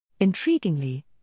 Intriguingly